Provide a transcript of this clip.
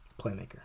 playmaker